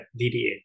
DDA